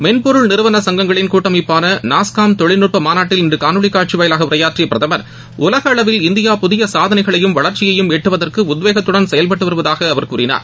மென்பொருள் நிறுவன சங்கங்களின் கூட்டமைப்பான நாஸ்காம் தொழில்நுட்ப மாநாட்டில் இன்று காணொலி காட்சி வாயிலாக உரையாற்றிய பிரதமா் உலக அளவில் இந்தியா புதிய சாதனைகளையும் வளர்ச்சியையும் எட்டுவதற்கு உத்வேகத்துடன் செயல்பட்டு வருவதாக அவர் கூறினார்